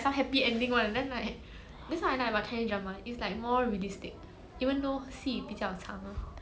but for you do you prefer happy ending or like more like uh ambiguous but realistic ending